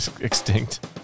extinct